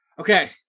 okay